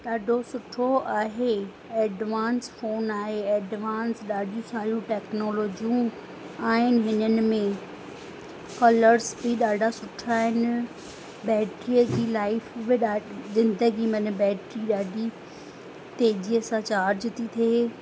ॾाढो सुठो आहे एडवांस फ़ोन आहे एडवांस ॾाढी सारियूं टैक्नोलॉजियूं आहिनि इन्हनि में कलर्स बि ॾाढा सुठा आहिनि बैटरीअ जी लाइफ बि ॾाढी ज़िंदगी मन बैटरी ॾाढी तेजीअ सां चार्ज थी थिए